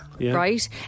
right